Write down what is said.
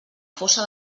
fossa